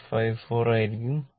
154 ആയിരിക്കും